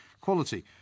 Quality